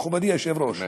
מכובדי היושב-ראש,